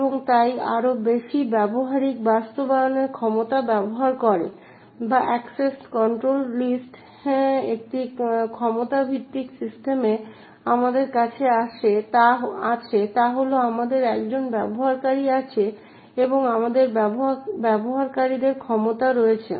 এবং তাই আরও বেশি ব্যবহারিক বাস্তবায়ন ক্ষমতা ব্যবহার করে বা অ্যাক্সেস কন্ট্রোল লিস্ট একটি ক্ষমতা ভিত্তিক সিস্টেমে আমাদের যা আছে তা হল আমাদের একজন ব্যবহারকারী আছে এবং আমাদের ব্যবহারকারীদের ক্ষমতা রয়েছে